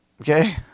Okay